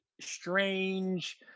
strange